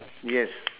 yes